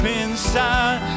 inside